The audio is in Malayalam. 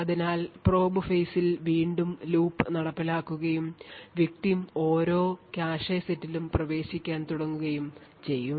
അതിനാൽ probe phase ൽ വീണ്ടും ലൂപ്പ് നടപ്പിലാക്കുകയും victim ഓരോ കാഷെ സെറ്റിലും പ്രവേശിക്കാൻ തുടങ്ങുകയും ചെയ്യും